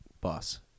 Boss